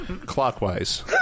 clockwise